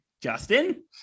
Justin